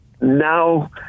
Now